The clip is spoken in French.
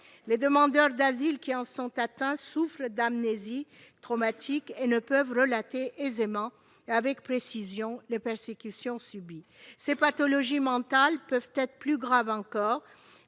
Les demandeurs d'asile qui en sont atteints souffrent d'amnésie traumatique et ne peuvent relater aisément et avec précision les persécutions subies. Ces pathologies mentales peuvent être plus graves encore.